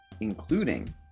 including